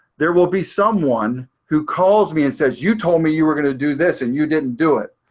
there will be someone who calls me and says, you told me you were going to do this and you didn't do it.